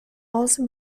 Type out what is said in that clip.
also